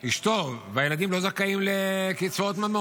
יש לי הצעה בשבילך: הדיון אישי ייפתח עוד מעט,